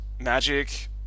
magic